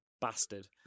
bastard